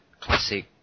classic